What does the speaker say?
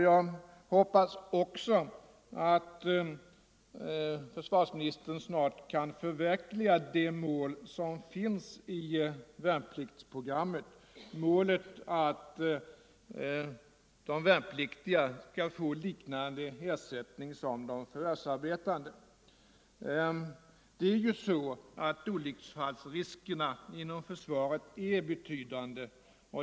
Jag hoppas också att försvarsministern snart kan förverkliga värnpliktsprogrammets mål i detta avseende, nämligen att de värnpliktiga skall få en ersättning liknande den som utgår till de förvärvsarbetande. Olycksfallsriskerna inom försvaret är betydande.